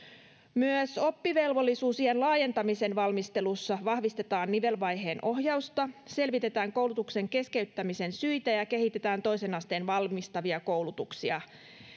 myös oppivelvollisuusiän laajentamisen valmistelussa vahvistetaan nivelvaiheen ohjausta selvitetään koulutuksen keskeyttämisen syitä ja kehitetään toisen asteen valmistavia koulutuksia